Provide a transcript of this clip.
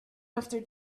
after